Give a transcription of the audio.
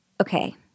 Okay